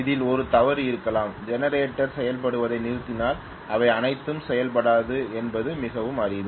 அதில் ஒரு தவறு இருக்கலாம் ஜெனரேட்டர் செயல்படுவதை நிறுத்தினால் அவை அனைத்தும் செயல்படாது என்பது மிகவும் அரிது